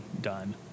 done